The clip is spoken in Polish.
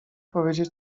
powiedzieć